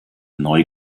neu